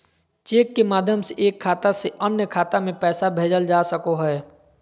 cheque के माध्यम से एक खाता से अन्य खाता में पैसा भेजल जा सको हय